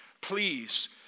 please